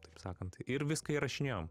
taip sakant ir viską įrašinėjom